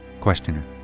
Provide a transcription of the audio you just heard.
Questioner